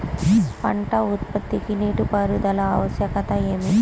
పంట ఉత్పత్తికి నీటిపారుదల ఆవశ్యకత ఏమి?